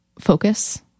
focus